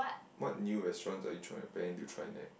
what new restaurants are you trying planning to try next